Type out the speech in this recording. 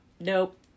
nope